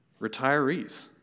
Retirees